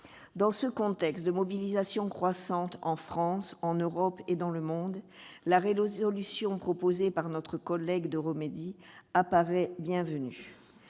Dans le contexte de mobilisation croissante en France, en Europe et dans le monde, la résolution proposée par notre collègue Jacky Deromedi semble bienvenue.